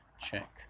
check